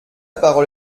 parole